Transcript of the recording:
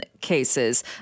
cases